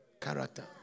Character